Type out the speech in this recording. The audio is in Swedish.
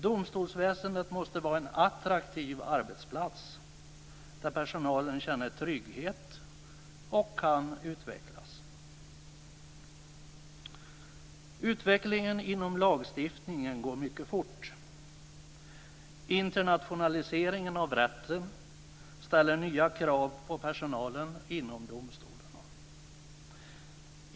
Domstolsväsendet måste vara en attraktiv arbetsplats där personalen känner trygghet och kan utvecklas. Utvecklingen inom lagstiftningen går mycket fort. Internationaliseringen av rätten ställer nya krav på personalen inom domstolarna.